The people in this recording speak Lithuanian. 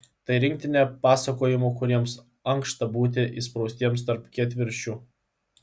tai rinktinė pasakojimų kuriems ankšta būti įspraustiems tarp kietviršių